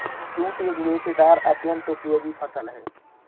jute एक रेशेदार अत्यन्त उपयोगी फसल है